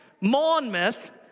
Monmouth